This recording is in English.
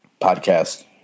podcast